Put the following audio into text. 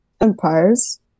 empires